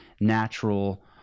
natural